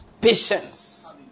patience